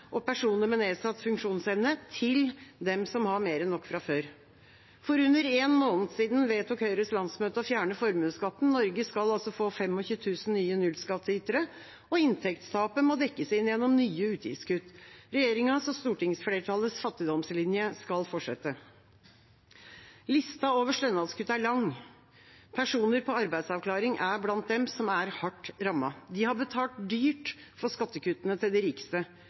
og personer med nedsatt funksjonsevne, til dem som har mer enn nok fra før. For under én måned siden vedtok Høyres landsmøte å fjerne formuesskatten. Norge skal altså få 25 000 nye nullskatteytere, og inntektstapet må dekkes inn gjennom nye utgiftskutt. Regjeringa og stortingsflertallets fattigdomslinje skal fortsette. Lista over stønadskutt er lang. Personer på arbeidsavklaring er blant dem som er hardt rammet. De har betalt dyrt for skattekuttene til de rikeste.